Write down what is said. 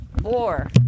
four